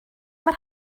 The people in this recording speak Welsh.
mae